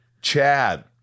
Chad